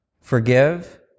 Forgive